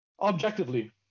objectively